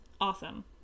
Awesome